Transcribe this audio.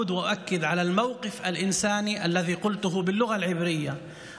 אני חוזר ומדגיש את העמדה ההומניטרית שאמרתי בשפה העברית,